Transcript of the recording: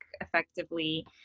effectively